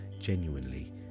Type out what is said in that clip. genuinely